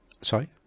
Sorry